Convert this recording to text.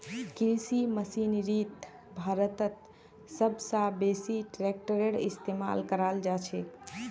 कृषि मशीनरीत भारतत सब स बेसी ट्रेक्टरेर इस्तेमाल कराल जाछेक